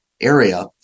area